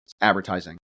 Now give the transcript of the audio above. Advertising